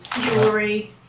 Jewelry